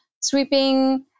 sweeping